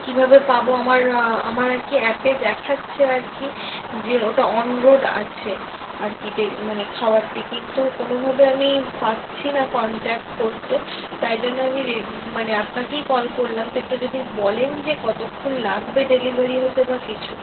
কীভাবে পাবো আমার আমার আর কি অ্যাপে দেখাচ্ছে আর কি যে ওটা ওনরোড আছে আর কি মানে খাওয়ারটি কিন্তু কোনভাবে আমি পাচ্ছি না কন্টাক্ট করতে তাই জন্যে আমি মানে আপনাকেই কল করলাম তো একটু যদি বলেন যে কতক্ষণ লাগবে ডেলিভারি হতে বা কিছু